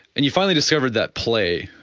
and you finally discovered that play